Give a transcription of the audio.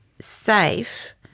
safe